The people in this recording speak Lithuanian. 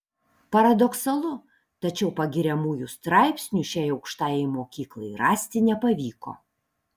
paradoksalu tačiau pagiriamųjų straipsnių šiai aukštajai mokyklai rasti nepavyko